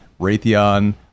Raytheon